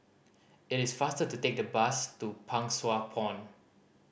it is faster to take the bus to Pang Sua Pond